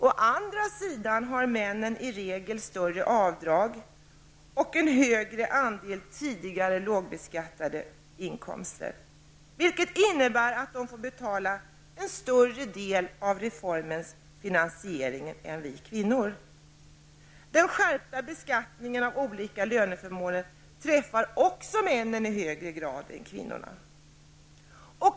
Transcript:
Å andra sidan har männen i regel större avdrag och en större andel tidigare lågbeskattade inkomster. Detta innebär att männen får stå för en större del av finansieringen av reformen än vi kvinnor. Också den skärpta beskattningen av olika löneförmåner träffar männen i högre grad än kvinnorna.